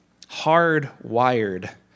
hardwired